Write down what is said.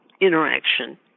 interaction